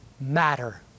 matter